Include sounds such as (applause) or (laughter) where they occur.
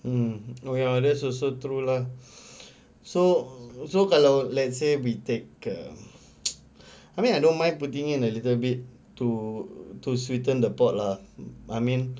mm oh ya that's also true lah so so kalau let's say we take a (noise) I mean I don't mind putting in a little bit to to sweetened the board lah I mean